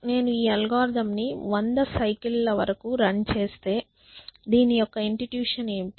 నేను ఈ అల్గోరిథంను వంద సైకిల్ ల వరకు రన్ చేస్తే దీని యొక్క ఇంట్యూషన్ ఏమిటి